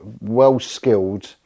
well-skilled